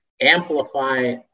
amplify